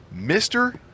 Mr